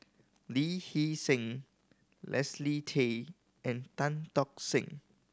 Lee Hee Seng Leslie Tay and Tan Tock Seng